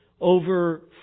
over